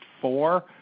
four